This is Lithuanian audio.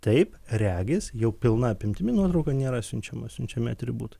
taip regis jau pilna apimtimi nuotrauka nėra siunčiama siunčiami atributai